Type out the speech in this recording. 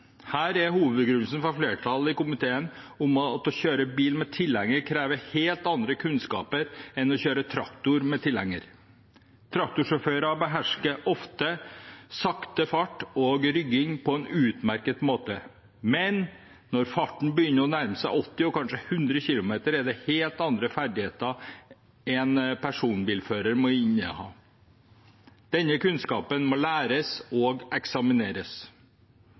Her er hovedbegrunnelsen fra flertallet i komiteen at det å kjøre bil med tilhenger krever helt andre kunnskaper enn å kjøre traktor med tilhenger. Traktorsjåfører behersker ofte sakte fart og rygging på en utmerket måte, men når farten begynner å nærme seg 80 og kanskje 100 km/t, er det helt andre ferdigheter en personbilfører må inneha. Denne kunnskapen må læres og eksamineres.